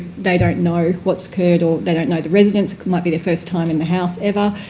they don't know what's occurred or they don't know the residents it might be their first time in the house ever.